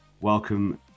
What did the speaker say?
Welcome